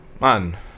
man